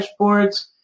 dashboards